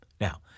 Now